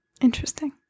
interesting